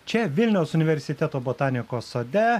čia vilniaus universiteto botanikos sode